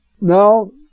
Now